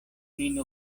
nin